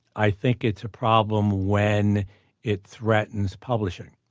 i think it's a problem when it threatens publishing,